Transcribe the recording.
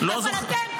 אבל אתם,